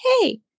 hey